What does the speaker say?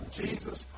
Jesus